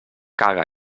caga